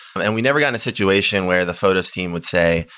and we never got in a situation where the photos team would say,